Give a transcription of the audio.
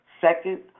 Second